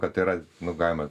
kad tai yra nu galima